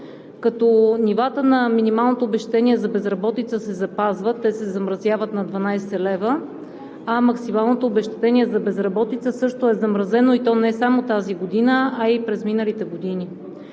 като нивата на минималното обезщетение за безработица се запазват, те се замразяват на 12 лв., а максималното обезщетение за безработица също е замразено, и то не само тази година, а и през миналите години.